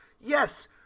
yes